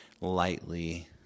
lightly